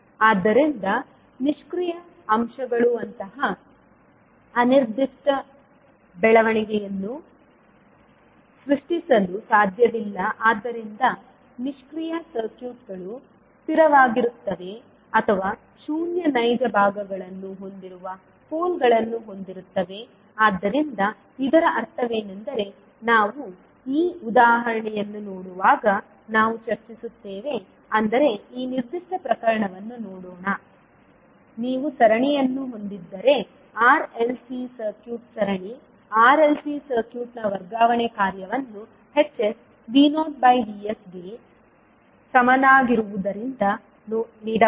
ಆದ್ದರಿಂದ ನಿಷ್ಕ್ರಿಯ ಅಂಶಗಳು ಅಂತಹ ಅನಿರ್ದಿಷ್ಟ ಬೆಳವಣಿಗೆಯನ್ನು ಸೃಷ್ಟಿಸಲು ಸಾಧ್ಯವಿಲ್ಲ ಆದ್ದರಿಂದ ನಿಷ್ಕ್ರಿಯ ಸರ್ಕ್ಯೂಟ್ಗಳು ಸ್ಥಿರವಾಗಿರುತ್ತವೆ ಅಥವಾ ಶೂನ್ಯ ನೈಜ ಭಾಗಗಳನ್ನು ಹೊಂದಿರುವ ಪೋಲ್ಗಳನ್ನು ಹೊಂದಿರುತ್ತವೆ ಆದ್ದರಿಂದ ಇದರ ಅರ್ಥವೇನೆಂದರೆ ನಾವು ಈ ಉದಾಹರಣೆಯನ್ನು ನೋಡುವಾಗ ನಾವು ಚರ್ಚಿಸುತ್ತೇವೆ ಅಂದರೆ ಈ ನಿರ್ದಿಷ್ಟ ಪ್ರಕರಣವನ್ನು ನೋಡೋಣ ನೀವು ಸರಣಿಯನ್ನು ಹೊಂದಿದ್ದರೆ RLC ಸರ್ಕ್ಯೂಟ್ ಸರಣಿ rlc ಸರ್ಕ್ಯೂಟ್ನ ವರ್ಗಾವಣೆ ಕಾರ್ಯವನ್ನು hs V0Vsಗೆ ಸಮನಾಗಿರುವುದರಿಂದ ನೀಡಬಹುದು